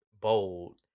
bold